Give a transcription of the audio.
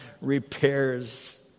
repairs